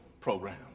program